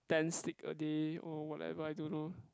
ten stick a day or whatever I don't know